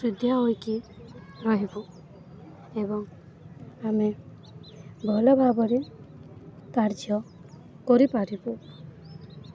ଶୁଦ୍ଧ ହୋଇକି ରହିବୁ ଏବଂ ଆମେ ଭଲ ଭାବରେ କାର୍ଯ୍ୟ କରିପାରିବୁ